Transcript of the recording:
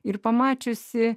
ir pamačiusi